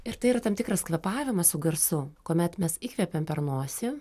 ir tai yra tam tikras kvėpavimas su garsu kuomet mes įkvepiam per nosį